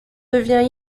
devient